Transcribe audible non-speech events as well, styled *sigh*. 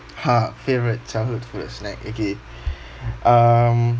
!hah! favourite childhood food or snack okay *breath* um